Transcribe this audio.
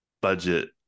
budget